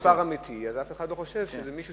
אבל כשיש מספר אמיתי אף אחד לא חושב שזה מישהו